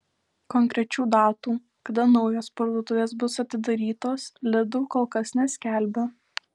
konkrečių datų kada naujos parduotuvės bus atidarytos lidl kol kas neskelbia